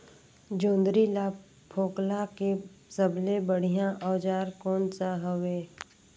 जोंदरी ला फोकला के सबले बढ़िया औजार कोन सा हवे?